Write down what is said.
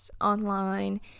online